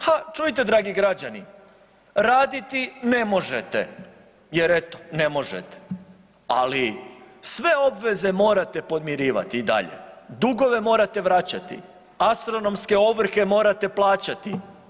Ha, čujte dragi građani, raditi ne možete jer eto ne možete, ali sve obveze morate podmirivati i dalje, dugove morate vraćati, astronomske ovrhe morate plaćati.